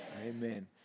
Amen